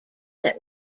that